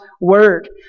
word